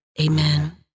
Amen